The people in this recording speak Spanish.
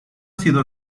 sido